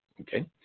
Okay